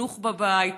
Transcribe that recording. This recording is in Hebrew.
בחינוך בבית,